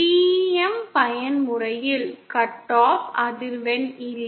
TEM பயன்முறையில் cut off அதிர்வெண் இல்லை